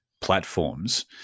platforms